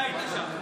אתה היית שם.